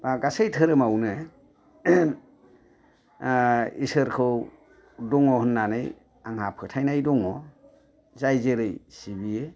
बा गासै धोरोमावनो इसोरखौ दङ होननानै आंहा फोथायनाय दङ जाय जेरै सिबियो